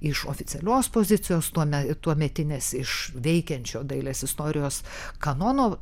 iš oficialios pozicijos tuome tuometinės iš veikiančio dailės istorijos kanono